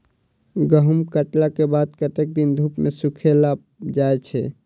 गहूम कटला केँ बाद कत्ते दिन धूप मे सूखैल जाय छै?